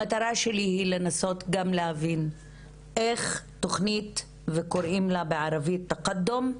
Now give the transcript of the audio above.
המטרה שלי היא לנסות גם להבין איך תוכנית וקוראים לה בערבית תקדום,